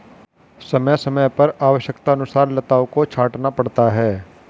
समय समय पर आवश्यकतानुसार लताओं को छांटना पड़ता है